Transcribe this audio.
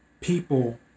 people